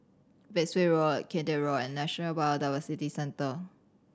Bayswater Road Kian Teck Road and National Biodiversity Centre